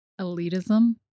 Elitism